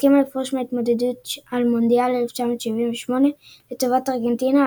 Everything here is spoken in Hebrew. הסכימה לפרוש מההתמודדות על מונדיאל 1978 לטובת ארגנטינה,